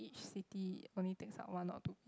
each city only takes up one or two page